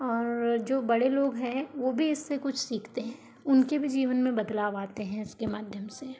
जो बड़े लोग हैं वो भी इससे कुछ सीखते हैं उनके भी जीवन में बदलाव आते हैं इसके माध्यम से